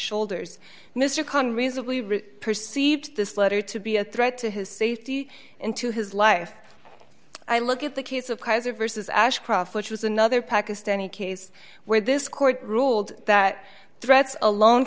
shoulders mr khan reasonably rich perceived this letter to be a threat to his safety into his life i look at the case of closer versus ashcroft which was another pakistani case where this court ruled that threats alone